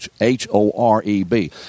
H-O-R-E-B